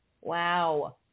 Wow